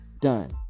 done